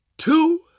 Two